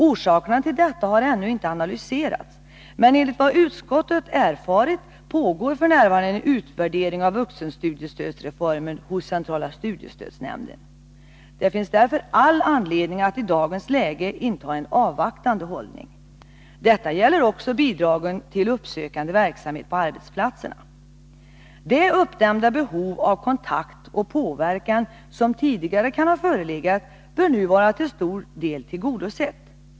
Orsakerna till detta har ännu inte analyserats, men enligt vad utskottet erfarit pågår f. n. en utvärdering av vuxenstudiestödsreformen hos centrala studiestödsnämnden. Det finns därför all anledning att i dagens läge inta en avvaktande hållning. Detta gäller också beträffande bidragen till uppsökande verksamhet på arbetsplatserna. Det uppdämda behov av kontakt och påverkan som tidigare kan ha förelegat bör nu till stor del vara tillgodosett.